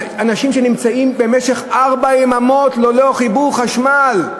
אנשים שנמצאים במשך ארבע יממות ללא חיבור לחשמל.